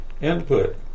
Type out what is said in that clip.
input